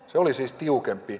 se oli siis tiukempi